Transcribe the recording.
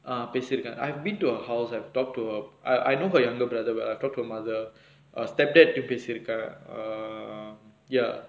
ah பேசிருக்க:pesirukka I've been to her house I have talked to I know her younger brother well I talk to her mother a stepdad ட பேசி இருக்க:ta pesi irukka err ya